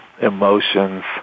emotions